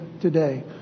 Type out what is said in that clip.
today